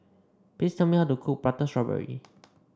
please tell me how to cook Prata Strawberry